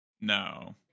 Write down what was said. No